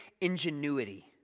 ingenuity